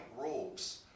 robes